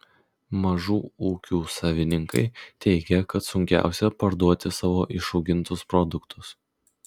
mažų ūkių savininkai teigia kad sunkiausia parduoti savo išaugintus produktus